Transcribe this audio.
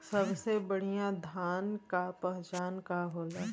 सबसे बढ़ियां धान का पहचान का होला?